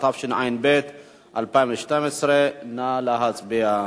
התשע"ב 2012. נא להצביע.